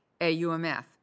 AUMF